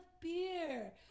beer